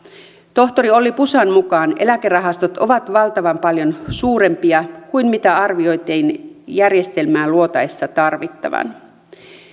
tohtori olli pusan mukaan eläkerahastot ovat valtavan paljon suurempia kuin mitä arvioitiin järjestelmää luotaessa tarvittavan